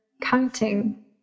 counting